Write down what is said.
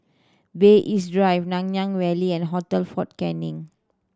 Bay East Drive Nanyang Valley and Hotel Fort Canning